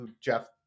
Jeff